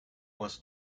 was